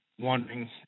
wondering